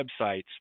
websites